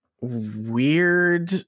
weird